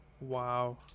wow